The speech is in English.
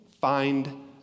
Find